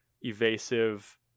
evasive